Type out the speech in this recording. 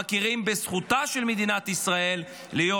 מכירים בזכותה של מדינת ישראל להיות